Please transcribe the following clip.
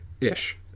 ish